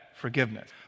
forgiveness